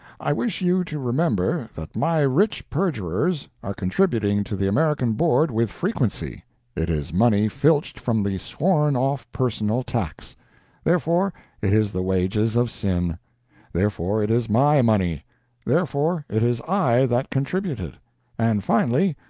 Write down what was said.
i wish you to remember that my rich perjurers are contributing to the american board with frequency it is money filched from the sworn-off personal tax therefore it is the wages of sin therefore it is my money therefore it is i that contribute it and, finally,